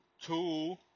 two